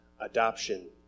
adoption